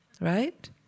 right